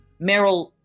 Meryl